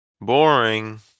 Boring